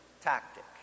tactic